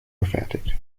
gefertigt